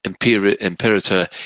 Imperator